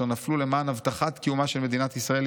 נפלו למען הבטחת קיומה של מדינת ישראל,